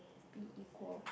be equal